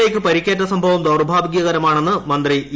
എയ്ക്കു പരിക്കേറ്റ സംഭവം ദൌർഭാഗ്യകരം ആണെന്ന് മന്ത്രി ഇ